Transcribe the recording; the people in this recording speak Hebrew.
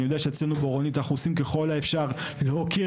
אצלנו באורנית אנחנו עושים ככל האפשר להוקיר